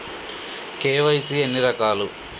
KYC ఎన్ని రకాలు?